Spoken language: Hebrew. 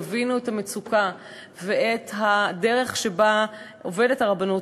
יבינו את המצוקה ואת הדרך שבה עובדת הרבנות